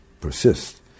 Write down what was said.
persist